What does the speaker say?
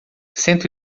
cento